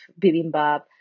bibimbap